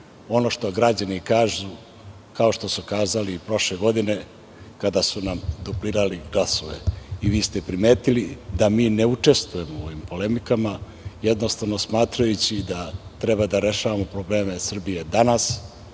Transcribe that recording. ono što građani kažu, kao što su kazali i prošle godine kada su nam duplirali glasove. Vi ste primetili da mi ne učestvujemo u ovim polemikama, smatrajući da treba da rešavamo probleme Srbije danas